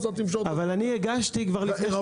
אתה תמשוך --- אבל אני כבר הגשתי לפני שנה.